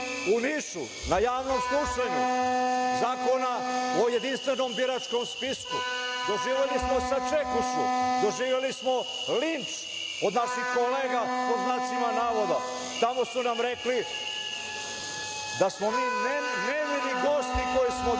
u Nišu na javnom slušanju zakona o jedinstvenom biračkom spisku. Doživeli smo sačekušu, doživeli smo linč od naših kolega, pod znacima navoda. Tamo su nam rekli da smo mi nemili gosti koji smo došli